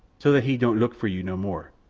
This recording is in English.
so that he don't luke for you no more,